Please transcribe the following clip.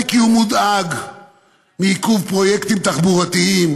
כי הוא מודאג מעיכוב פרויקטים תחבורתיים,